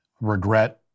regret